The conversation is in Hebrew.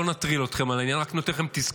לא נטריל אתכם על העניין, אני רק נותן לכם תזכורת